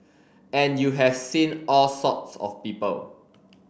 and you have seen all sorts of people